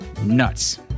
nuts